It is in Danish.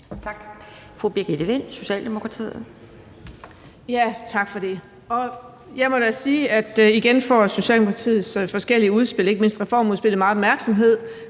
Tak.